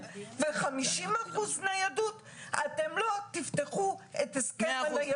ו-50% ניידות אתם לא תפתחו את הסכם הניידות.